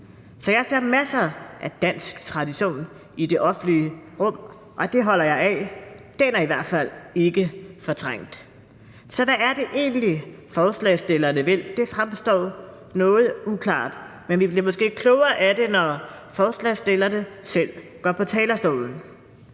Så jeg ser masser af dansk tradition i det offentlige rum, og det holder jeg af, og den er i hvert fald ikke fortrængt. Så hvad er det egentlig, forslagsstillerne vil? Det fremstår noget uklart, men vi bliver måske klogere af det, når forslagsstillerne selv går på talerstolen.